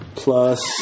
plus